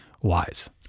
wise